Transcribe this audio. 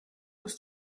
dass